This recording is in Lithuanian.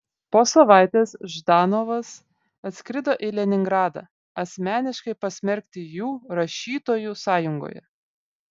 po savaitės ždanovas atskrido į leningradą asmeniškai pasmerkti jų rašytojų sąjungoje